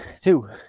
two